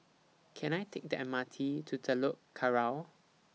Can I Take The M R T to Telok Kurau